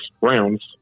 rounds